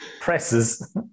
presses